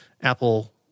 Apple